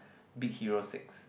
Big-Hero-Six